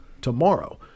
tomorrow